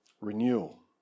Renewal